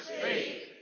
speak